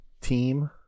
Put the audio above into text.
Team